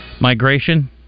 Migration